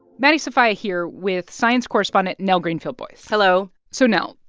maddie sofia here with science correspondent nell greenfieldboyce hello so, nell,